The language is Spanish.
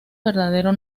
verdadero